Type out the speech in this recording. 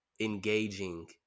engaging